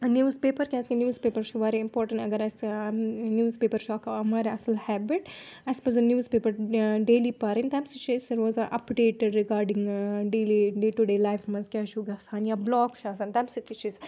news paper کیٛازِکہِ newspaper چھُ واریاہ اِمپاٹَنٛٹ اَگَر اَسہِ نِوٕز پیپَر چھُ اَکھ واریاہ اَصٕل ہٮ۪بِٹ اَسہِ پَزَن نِوٕز پیپَر ڈیلی پَرٕنۍ تَمہِ سۭتۍ چھِ أسۍ روزان updated regarding daily day to day لایفہِ منٛز کیٛاہ چھُو گژھان یا بٕلاک چھِ آسان تَمہِ سۭتۍ تہِ چھِ أسۍ